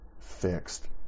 fixed